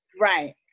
Right